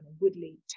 Woodley